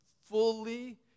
fully